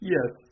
Yes